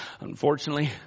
Unfortunately